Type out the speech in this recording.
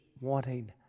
wanting